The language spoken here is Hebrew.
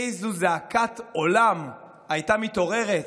איזו זעקת עולם הייתה מתעוררת.